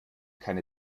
keine